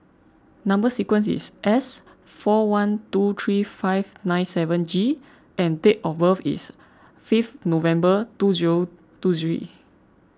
Number Sequence is S four one two three five nine seven G and date of birth is fifth November two zero two three